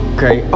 Okay